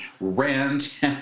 rent